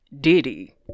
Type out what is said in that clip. Diddy